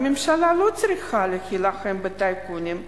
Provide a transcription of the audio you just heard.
הממשלה לא צריכה להילחם בטייקונים,